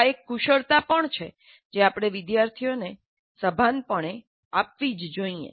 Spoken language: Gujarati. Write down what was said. આ એક કુશળતા પણ છે જે આપણે વિદ્યાર્થીઓને સભાનપણે આપવી જ જોઇએ